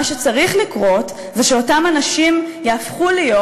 מה שצריך לקרות זה שאותם אנשים יהפכו להיות